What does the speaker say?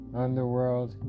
underworld